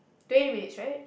twenty minutes right